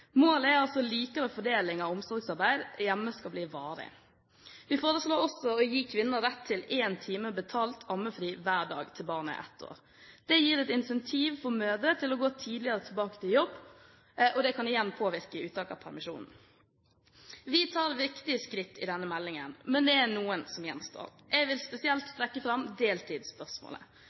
Målet er altså at en likere fordeling av omsorgsarbeidet hjemme skal bli varig. Vi foreslår også å gi kvinner rett til én time betalt ammefri hver dag til barnet er ett år. Det gir et incentiv for mødre til å gå tidligere tilbake til jobb, og det kan igjen påvirke uttak av permisjonen. Vi tar viktige skritt i denne meldingen, men det er noen som gjenstår. Jeg vil spesielt trekke fram